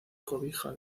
cobija